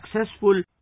successful